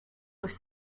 durch